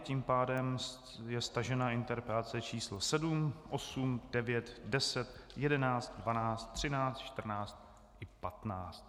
Tím pádem je stažena interpelace číslo 7, 8, 9, 10, 11, 12, 13, 14 i 15.